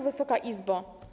Wysoka Izbo!